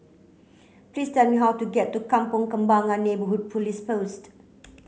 please tell me how to get to Kampong Kembangan Neighbourhood Police Post